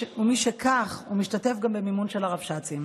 ומשכך הוא משתתף גם במימון של הרבש"צים.